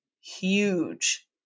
huge